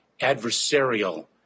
adversarial